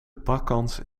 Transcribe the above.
pakkans